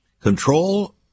control